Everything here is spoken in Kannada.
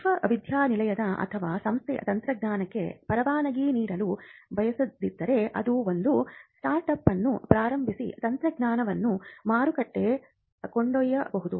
ವಿಶ್ವವಿದ್ಯಾನಿಲಯ ಅಥವಾ ಸಂಸ್ಥೆ ತಂತ್ರಜ್ಞಾನಕ್ಕೆ ಪರವಾನಗಿ ನೀಡಲು ಬಯಸದಿದ್ದರೆ ಅದು ಒಂದು ಸ್ಟಾರ್ಟ್ಅಪ್ ಅನ್ನು ಪ್ರಾರಂಭಿಸಿ ತಂತ್ರಜ್ಞಾನವನ್ನು ಮಾರುಕಟ್ಟೆಗೆ ಕೊಂಡೊಯ್ಯಬಹುದು